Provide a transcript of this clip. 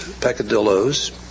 peccadilloes